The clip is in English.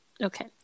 Okay